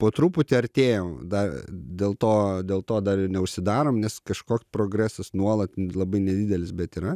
po truputį artėjam dar dėl to dėl to dar ir neužsidarom nes kažkoks progresas nuolat labai nedidelis bet yra